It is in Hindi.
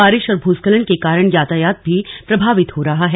बारिश और भूस्खलन के कारण यातायात भी प्रभावित हो रहा है